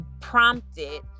prompted